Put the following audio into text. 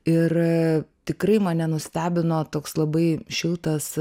ir tikrai mane nustebino toks labai šiltas